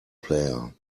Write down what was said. player